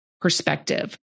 perspective